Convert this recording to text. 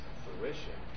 fruition